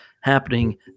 happening